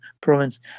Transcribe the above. province